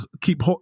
keep